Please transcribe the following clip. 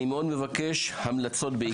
אני מאוד מבקש, המלצות בעיקר.